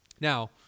Now